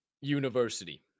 University